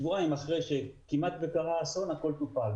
שבועיים אחרי שכמעט קרה אסון, הכול טופל.